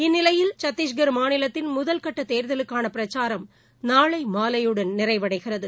இந்நிலையில் சத்திஷ்கள் மாநிலத்தின் முதல்கட்டதேர்தலுக்கானபிரச்சாரம் நாளைமாலையுடன் நிறைவடைகிறது